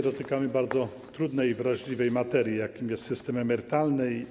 Dotykamy bardzo trudnej i wrażliwej materii, jakim jest system emerytalny.